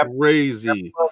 crazy